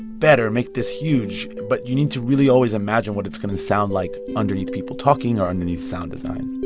better make this huge. but you need to really always imagine what it's going to sound like underneath people talking or underneath sound design